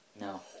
No